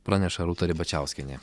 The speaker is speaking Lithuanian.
praneša rūta ribačiauskienė